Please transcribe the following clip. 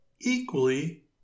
equally